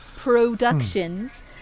productions